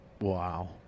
Wow